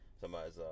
Somebody's